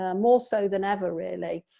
ah more so than ever really.